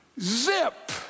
Zip